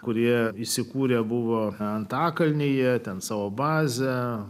kurie įsikūrę buvo antakalnyje ten savo bazę